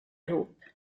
ihop